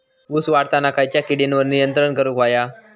ऊस वाढताना खयच्या किडींवर नियंत्रण करुक व्हया?